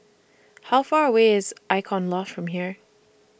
How Far away IS Icon Loft from here